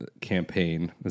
campaign